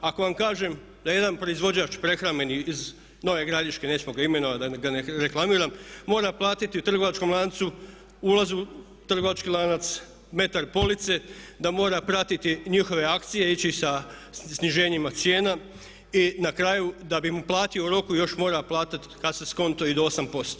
Ako vam kažem da jedan proizvođač prehrambeni iz Nove Gradiške, nećemo ga imenovati da ga ne reklamiram, mora platiti trgovačkom lancu ulaz u trgovački lanac, metar police, da mora pratiti njihove akcije i ići sa sniženjima cijena i na kraju da bi mu platio u roku još mora platiti … konto i do 8